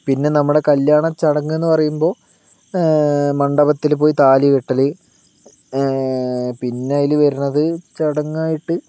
പിന്നെ നമ്മുടെ കല്യാണ ചടങ്ങെന്ന് പറയുമ്പോ മണ്ഡപത്തിൽ പോയി താലികെട്ടൽ പിന്നെ അതിൽ വരണത് ചടങ്ങായിട്ട്